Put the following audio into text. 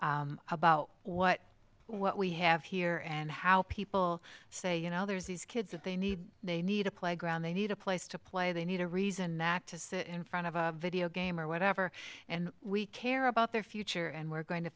about what what we have here and how people say you know there's these kids that they need they need a playground they need a place to play they need a reason not to sit in front of a video game or whatever and we care about their future and we're going to